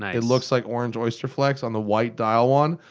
and it looks like orange oysterflex on the white dial one.